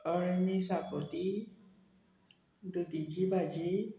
अळमी शाकोती दुदीची भाजी